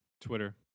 Twitter